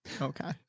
Okay